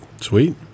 sweet